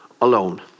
alone